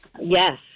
Yes